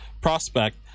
prospect